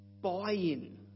buy-in